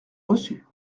reçu